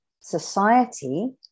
society